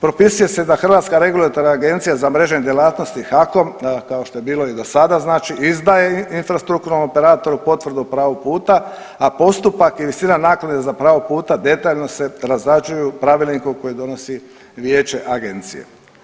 Propisuje se da Hrvatska regulatorna agencija za mrežne djelatnosti HAKOM kao što je bilo i dosada znači izdaje infrastrukturalnom operateru potvrdu o pravu puta, a postupak i visina naknade za pravo puta detaljno se razrađuju pravilnikom koje donosi vijeće agencije.